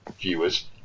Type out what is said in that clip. Viewers